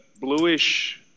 bluish –